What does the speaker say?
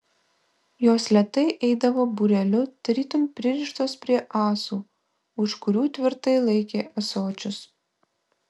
jos lėtai eidavo būreliu tarytum pririštos prie ąsų už kurių tvirtai laikė ąsočius